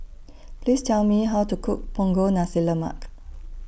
Please Tell Me How to Cook Punggol Nasi Lemak